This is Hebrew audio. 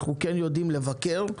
אנחנו כן יודעים לבקר,